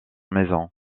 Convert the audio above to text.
maisons